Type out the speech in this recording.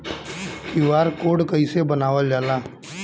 QR code कइसे बनवाल जाला?